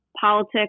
politics